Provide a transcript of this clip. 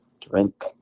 drink